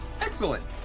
Excellent